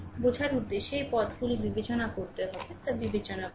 বোঝার উদ্দেশ্যে এই পথগুলি বিবেচনা করতে হবে তা বিবেচনা করুন